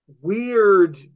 weird